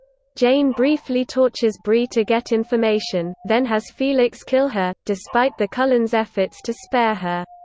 jane briefly tortures bree to get information, then has felix kill her, despite the cullens' efforts to spare her.